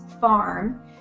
farm